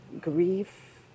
grief